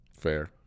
Fair